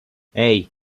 hey